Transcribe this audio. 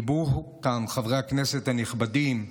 דיברו כאן חברי הכנסת הנכבדים,